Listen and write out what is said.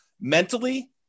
mentally